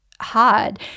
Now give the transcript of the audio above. hard